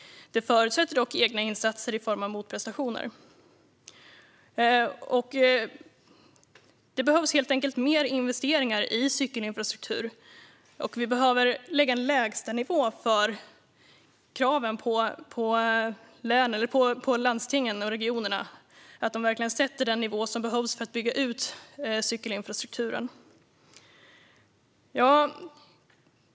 Det förutsätter dock egna insatser i form av motprestationer. Det behövs helt enkelt investeringar i cykelinfrastruktur, och vi behöver lägga en lägstanivå för kraven på landstingen och regionerna så att de verkligen håller den nivå som behövs för att bygga ut cykelinfrastrukturen.